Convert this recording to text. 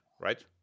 right